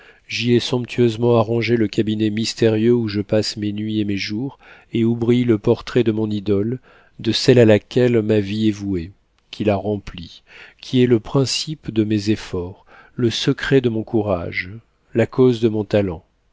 j'y ai somptueusement arrangé le cabinet mystérieux où je passe mes nuits et mes jours et où brille le portrait de mon idole de celle à laquelle ma vie est vouée qui la remplit qui est le principe de mes efforts le secret de mon courage la cause de mon talent